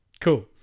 cool